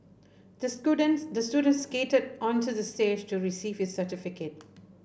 disco dance the student skated onto the stage to receive his certificate